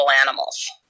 animals